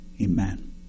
Amen